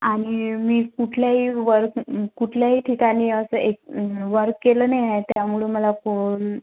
आणि मी कुठल्याही वर्क कुठल्याही ठिकाणी असं एक वर्क केलं नाही आहे त्यामुळं मला फोन